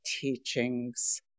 teachings